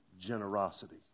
generosity